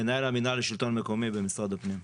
מנהל המינהל לשלטון המקומי במשרד הפנים.